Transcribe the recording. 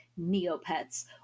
Neopets